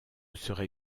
serai